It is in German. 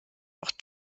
auch